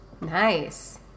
Nice